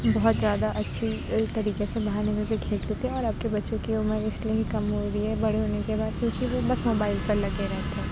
بہت زیادہ اچھی طریقے سے باہر نکل کر کھیلتے تھے اور اب کے بچوں کی عمر اِس لیے کم ہو رہی ہے بڑے ہونے کے بعد کیونکہ وہ بس موبائل پر لگے رہتے ہیں